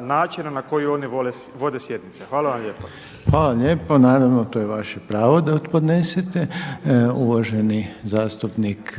načina na koji oni vode sjednice. Hvala vam lijepa. **Reiner, Željko (HDZ)** Hvala lijepo. Naravno, to je vaše pravo da podnesete. Uvaženi zastupnik